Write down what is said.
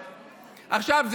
עכשיו,